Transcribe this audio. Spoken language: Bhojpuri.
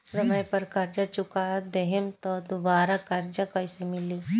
समय पर कर्जा चुका दहम त दुबाराकर्जा कइसे मिली?